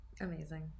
Amazing